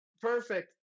Perfect